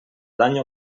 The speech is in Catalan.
dany